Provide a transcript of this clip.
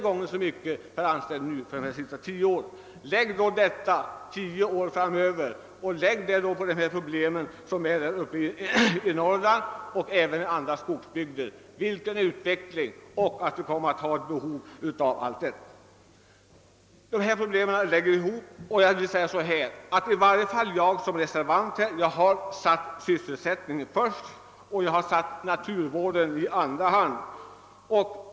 Lägger man till detta de problem vi redan har i Norrland och även i andra skogsbygder och som utvecklingen sannolikt kommer att förvärra, så inser man vilka behov av arbetstillfällen vi kommer att ha. Alla dessa fakta om existerande och förutsedda problem gör att man bara kan komma till ett resultat i denna fråga. I varje fall har jag som reservant satt sysselsättningen i främsta rummet och låtit naturvården komma i andra hand.